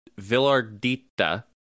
villardita